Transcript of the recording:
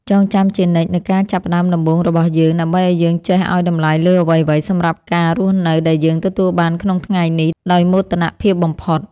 ចងចាំជានិច្ចនូវការចាប់ផ្ដើមដំបូងរបស់យើងដើម្បីឱ្យយើងចេះឱ្យតម្លៃលើអ្វីៗសម្រាប់ការរស់នៅដែលយើងទទួលបានក្នុងថ្ងៃនេះដោយមោទនភាពបំផុត។